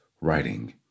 writing